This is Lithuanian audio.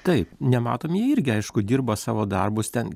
taip nematomi jie irgi aišku dirba savo darbus ten